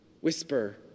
whisper